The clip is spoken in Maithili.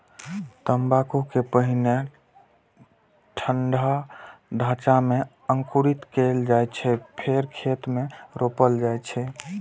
तंबाकू कें पहिने ठंढा ढांचा मे अंकुरित कैल जाइ छै, फेर खेत मे रोपल जाइ छै